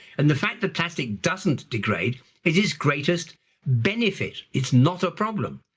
and the fact that plastic doesn't degrade it is greatest benefit, it's not a problem.